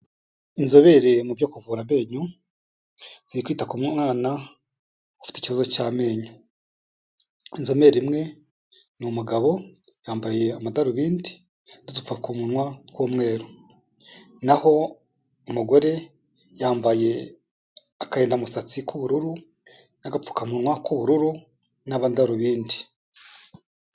Inzobere mu byo kuvura amenyo ziri kwita ku mwana ufite ikibazo cy'amenyo, inzobere imwe ni umugabo yambaye amadarubindi n'udupfakamunwa tw'umweru n'aho umugore yambaye akarindamusatsi k'ubururu n'agapfukamunwa k'ubururu n'amadarubindi.